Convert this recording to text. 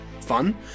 fun